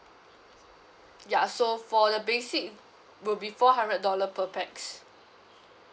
ya so for the basic will be four hundred dollar per pax